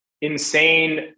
insane